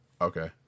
Okay